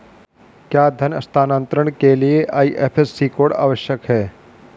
क्या धन हस्तांतरण के लिए आई.एफ.एस.सी कोड आवश्यक है?